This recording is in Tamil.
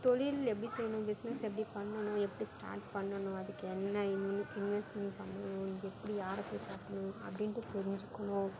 தொழில் எப்படி செய்யணும் பிஸ்னஸ் எப்படி பண்ணணும் எப்படி ஸ்டார்ட் பண்ணணும் அதுக்கு என்ன இன் இன்வெஸ்ட்மெண்ட் பண்ணணும் எப்படி யாரைப் போய் பார்க்கணும் அப்படின்ட்டு தெரிஞ்சுக்கணும்